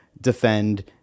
defend